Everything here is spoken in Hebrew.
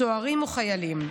סוהרים או חיילים.